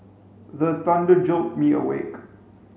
the thunder jolt me awake